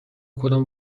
کدام